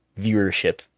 viewership